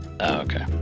Okay